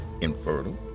infertile